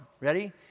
ready